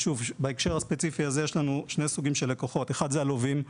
בהקשר הספציפי הזה יש לנו שני סוגים של לקוחות: האחד זה הלווים,